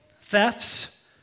thefts